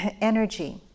energy